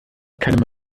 keine